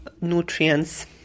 nutrients